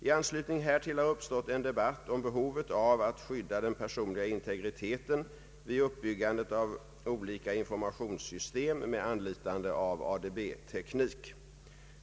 I anslutning härtill har uppstått en debatt om behovet av att skydda den personliga integriteten vid uppbyggandet av olika informationssystem med anlitande av ADB-teknik.